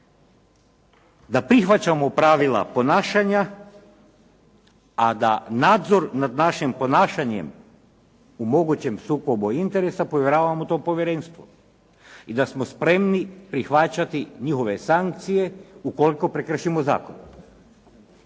da prihvaćamo pravila ponašanja a da nadzor nad našim ponašanjem u mogućem sukobu interesa povjeravamo tom povjerenstvu i da smo spremni prihvaćati njihove sankcije ukoliko prekršimo zakon.